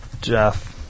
Jeff